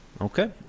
Okay